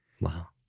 Wow